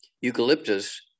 eucalyptus